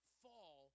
fall